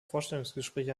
vorstellungsgespräch